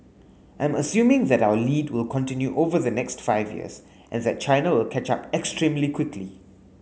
I'm assuming that our lead will continue over the next five years and that China will catch up extremely quickly